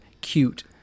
cute